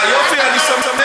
אה, יופי, אני שמח.